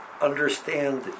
understand